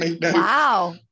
Wow